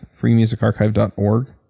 freemusicarchive.org